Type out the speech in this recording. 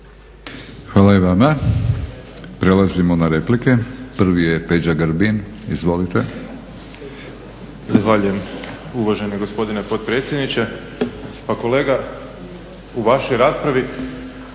Hvala i vama. Prelazimo na replike. Prvi je Peđa Grbin. Izvolite. **Grbin, Peđa (SDP)** Zahvaljujem uvaženi gospodine potpredsjedniče. Pa kolega u vašoj raspravi